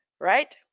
right